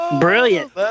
Brilliant